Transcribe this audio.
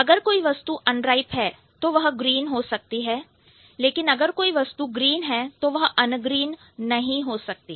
अगर कोई वस्तु unripe अनराइप है तो वह green हो सकती है लेकिन अगर कोई वस्तु green है तो वह ungreen नहीं हो सकती